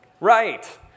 right